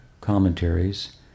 commentaries